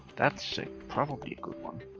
that's probably a good one.